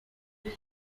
you